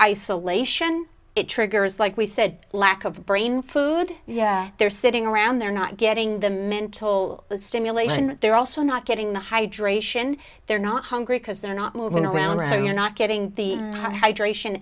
isolation it triggers like we said lack of brain food yeah they're sitting around they're not getting the mental stimulation they're also not getting the hydration they're not hungry because they're not moving around so you're not getting the hydration